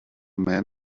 man